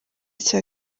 cya